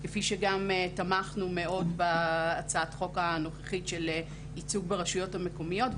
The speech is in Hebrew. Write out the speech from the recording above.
כפי שגם תמכנו מאוד בהצעת החוק הנוכחית של ייצוג ברשויות המקומיות,